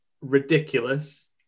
ridiculous